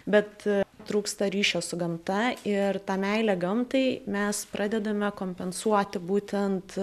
bet trūksta ryšio su gamta ir tą meilę gamtai mes pradedame kompensuoti būtent